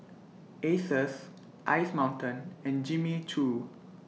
Asus Ice Mountain and Jimmy Choo